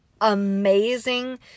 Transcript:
amazing